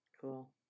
cool